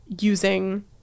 using